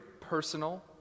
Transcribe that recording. personal